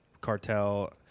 cartel